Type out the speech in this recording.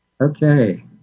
Okay